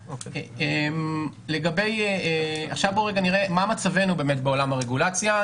נראה מה מצבנו בעולם הרגולציה.